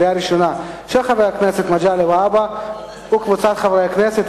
של חבר הכנסת מגלי והבה וקבוצת חברי הכנסת.